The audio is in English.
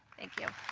thank you.